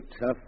tough